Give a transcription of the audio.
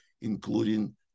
including